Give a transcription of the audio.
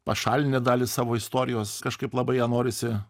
pašalinę dalį savo istorijos kažkaip labai ją norisi